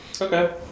Okay